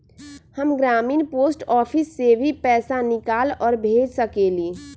हम ग्रामीण post office से भी पैसा निकाल और भेज सकेली?